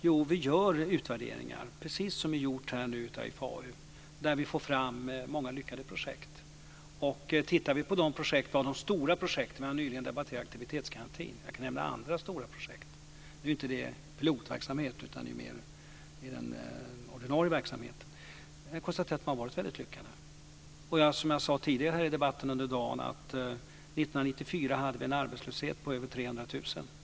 Jo, vi gör utvärderingar, precis som nu har gjorts av IFAU, där vi får fram många lyckade projekt. Vi har nyligen debatterat aktivitetsgarantin, och jag kan nämna andra stora projekt. Det är inte pilotverksamhet, utan det är mer av ordinarie verksamhet. Jag konstaterar att de har varit väldigt lyckade. Som jag sade i debatten tidigare i dag hade vi 1994 en öppen arbetslöshet på över 300 000.